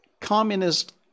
communist